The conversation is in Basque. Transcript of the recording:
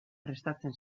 prestatzen